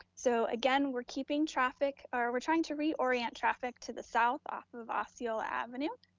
so again, we're keeping traffic or we're trying to reorient traffic, to the south off of osceola avenue,